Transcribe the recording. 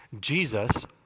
Jesus